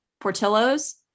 Portillo's